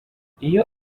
iyo